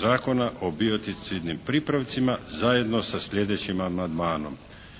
Zakona o biocidnim pripravcima zajedno sa slijedećim amandmanom: